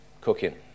cooking